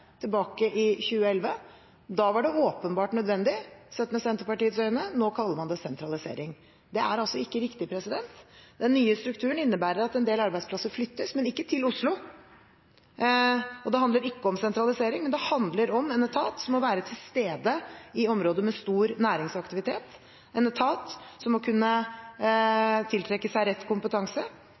Senterpartiets øyne. Nå kaller man det sentralisering. Det er altså ikke riktig. Den nye strukturen innebærer at en del arbeidsplasser flyttes, men ikke til Oslo. Det handler ikke om sentralisering. Det handler om en etat som må være til stede i områder med stor næringsaktivitet, en etat som må kunne tiltrekke seg rett kompetanse,